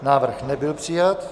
Návrh nebyl přijat.